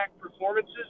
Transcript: performances